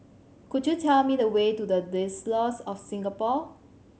could you tell me the way to The Diocese of Singapore